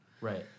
Right